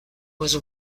was